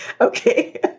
Okay